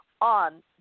on